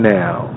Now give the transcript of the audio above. now